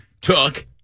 took